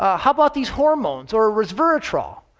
ah how about these hormones or resveratrol?